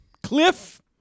Cliff